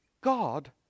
God